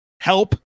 help